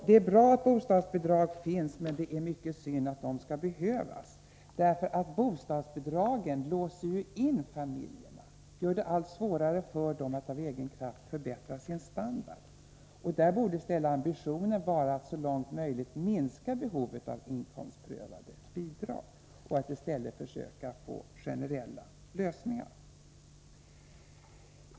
Det är bra att bostadsbidrag finns, men det är mycket synd att de skall behövas, för bostadsbidragen låser ju in familjerna, gör det allt svårare för dem att av egen kraft förbättra sin standard. Ambitionen borde i stället vara att så långt möjligt minska behovet av inkomstprövade bidrag och att i stället försöka få generella lösningar.